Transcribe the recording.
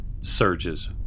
surges